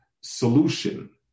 solution